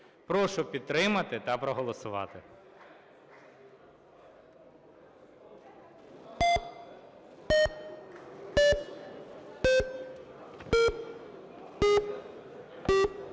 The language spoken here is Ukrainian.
Прошу підтримати та проголосувати.